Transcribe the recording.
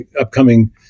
upcoming